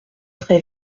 très